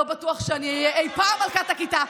לא בטוח שאני אהיה אי פעם מלכת הכיתה.